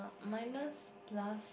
minus plus